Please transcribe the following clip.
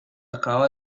acaba